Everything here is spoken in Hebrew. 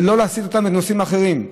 ולא להסיט אותו לנושאים אחרים.